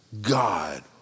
God